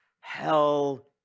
hell